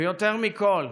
ויותר מכול,